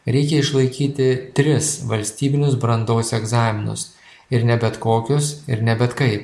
reikia išlaikyti tris valstybinius brandos egzaminus ir ne bet kokius ir ne bet kai